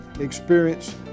experience